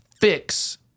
fix